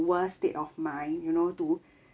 worst state of mind you know to